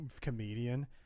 comedian